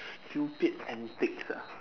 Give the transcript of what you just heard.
stupid antic lah